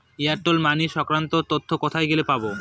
Airtel money সংক্রান্ত তথ্য কোথায় গেলে পাব?